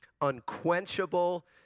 unquenchable